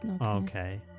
Okay